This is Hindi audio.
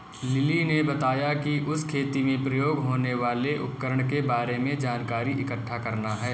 लिली ने बताया कि उसे खेती में प्रयोग होने वाले उपकरण के बारे में जानकारी इकट्ठा करना है